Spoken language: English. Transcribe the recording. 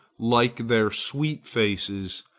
like their sweet faces,